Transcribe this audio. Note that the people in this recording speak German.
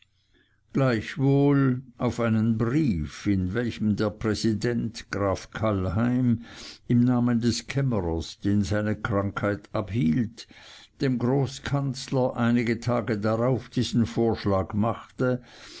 gleichwohl auf einen brief in welchem der präsident graf kallheim im namen des kämmerers den seine krankheit abhielt dem großkanzler einige tage darauf diesen vorschlag machte